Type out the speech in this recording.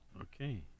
Okay